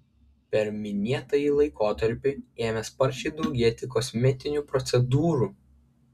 per minėtąjį laikotarpį ėmė sparčiai daugėti kosmetinių procedūrų